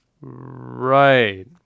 Right